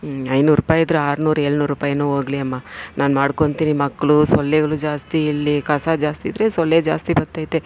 ಐನೂರ್ರುಪಾಯಿದ್ರೆ ಆರುನೂರು ಏಳುನೂರ್ರುಪಾಯಿನೂ ಹೋಗ್ಲಿ ಅಮ್ಮ ನಾನು ಮಾಡ್ಕೊಳ್ತೀನಿ ಮಕ್ಳು ಸೊಳ್ಳೆಗಳು ಜಾಸ್ತಿ ಇಲ್ಲಿ ಕಸ ಜಾಸ್ತಿ ಇದ್ರೆ ಸೊಳ್ಳೆ ಜಾಸ್ತಿ ಬತ್ತೈತೆ